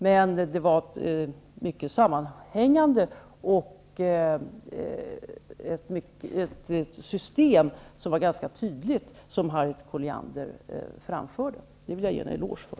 Men det som Harriet Colliander framförde var mycket sammanhängande, och det system hon redovisade var ganska tydligt. Det vill jag ge henne en eloge för.